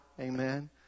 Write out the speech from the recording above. Amen